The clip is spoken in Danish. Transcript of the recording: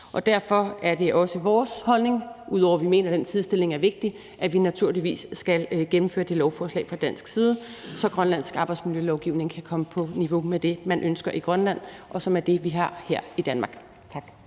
Derfor er det også vores holdning – ud over at vi mener, den sidestilling af vigtig – at vi naturligvis skal gennemføre det lovforslag fra dansk side, så grønlandsk arbejdsmiljølovgivning kan komme på niveau med det, man ønsker i Grønland, og som er det, vi har her i Danmark. Tak.